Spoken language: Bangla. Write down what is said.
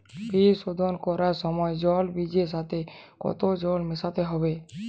বীজ শোধন করার সময় জল বীজের সাথে কতো জল মেশাতে হবে?